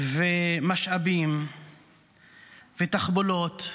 משאבים ותחבולות,